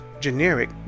generic